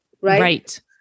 right